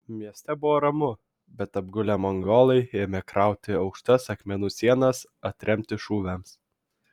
mieste buvo ramu bet apgulę mongolai ėmė krauti aukštas akmenų sienas atremti šūviams